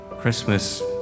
Christmas